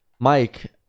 mike